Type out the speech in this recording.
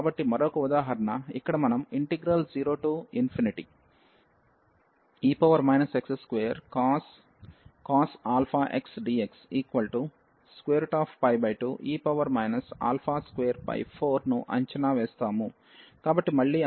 కాబట్టి మరొక ఉదాహరణ ఇక్కడ మనం 0e x2cos αx dx2e 24ను అంచనా వేస్తాము కాబట్టి మళ్ళీ అదే ప్రక్రియ